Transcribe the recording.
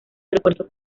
aeropuerto